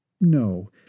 No